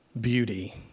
beauty